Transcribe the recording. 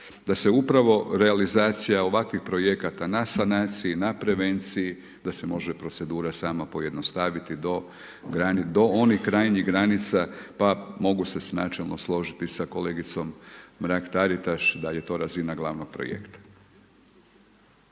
da se upravo realizacija ovakvih projekata na sanaciji, na prevenciji, da se može procedura sama pojednostaviti do onih krajnjih granica, pa mogu se načelno složiti sa kolegicom Mrak Taritaš da je to razina glavnog projekta.